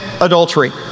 adultery